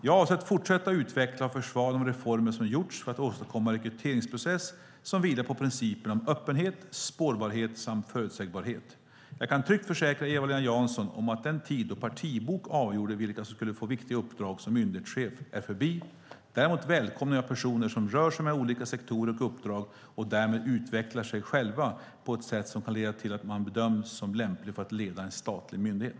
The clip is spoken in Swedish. Jag avser att fortsätta utveckla och försvara de reformer som gjorts för att åstadkomma en rekryteringsprocess som vilar på principerna om öppenhet, spårbarhet och förutsägbarhet. Jag kan tryggt försäkra Eva-Lena Jansson om att den tid då partibok avgjorde vilka som skulle få viktiga uppdrag som myndighetschef är förbi. Däremot välkomnar jag personer som rör sig mellan olika sektorer och uppdrag och därmed utvecklar sig själva på ett sätt som kan leda till att de bedöms som lämpliga för att leda en statlig myndighet.